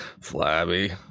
flabby